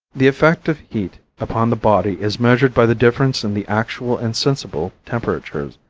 the effect of heat upon the body is measured by the difference in the actual and sensible temperatures,